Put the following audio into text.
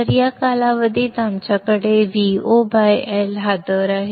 तर या कालावधीत आमच्याकडे VoL हा दर आहे